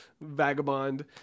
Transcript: vagabond